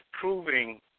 proving